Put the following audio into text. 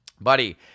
Buddy